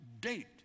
date